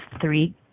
three